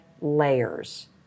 layers